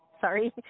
sorry